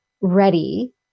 ready